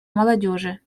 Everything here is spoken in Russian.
молодежи